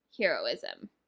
heroism